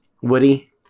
Woody